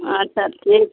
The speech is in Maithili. अच्छा ठीक